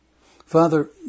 Father